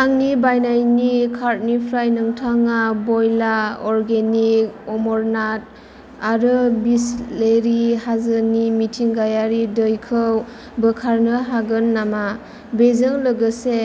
आंनि बायनायनि कार्टनिफ्राय नोंथाङा बयला अरगेनिक अमरनाथ आरो बिसलेरि हाजोनि मिथिंगायारि दैखौ बोखारनो हागोन नामा बेजों लोगोसे